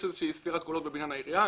איזושהי ספירת קולות בבניין העירייה.